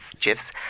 gifs